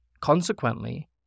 Consequently